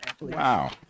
Wow